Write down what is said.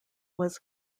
was